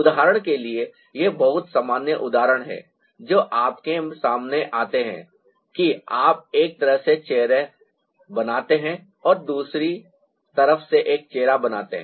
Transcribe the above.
उदाहरण के लिए ये बहुत सामान्य उदाहरण हैं जो आपके सामने आते हैं कि आप एक तरफ से चेहरा बनाते हैं आप दूसरी तरफ से एक चेहरा बनाते हैं